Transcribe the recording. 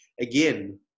Again